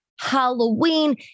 Halloween